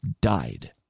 died